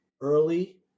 early